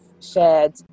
shared